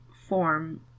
form